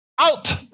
Out